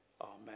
Amen